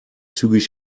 zügig